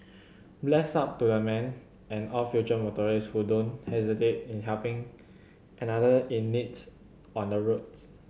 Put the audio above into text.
bless up to the man and all future motorist who don't hesitate in helping another in needs on the roads